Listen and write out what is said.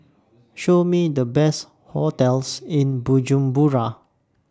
Show Me The Best hotels in Bujumbura